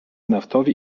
naftowi